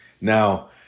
now